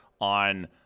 on